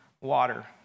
water